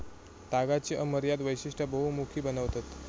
तागाची अमर्याद वैशिष्टा बहुमुखी बनवतत